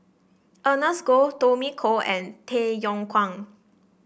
Ernest Goh Tommy Koh and Tay Yong Kwang